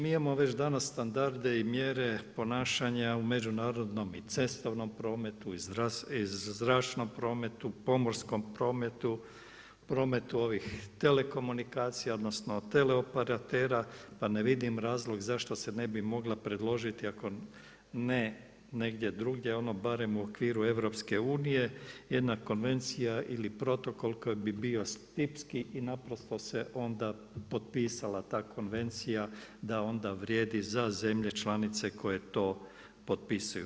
Mi imamo već danas standarde i mjere ponašanja u međunarodnom i cestovnom prometu i zračnom prometu, pomorskom prometu, ovih telekomunikacija odnosno teleoperatera pa ne vidim razlog zašto se ne bi mogla predložiti ako ne negdje drugdje onda bar u okviru EU-a jedna konvencija ili protokol koji bi bio tipski i naprosto se onda potpisala ta konvencija da onda vrijedi za zemlje članice koje to potpisuju.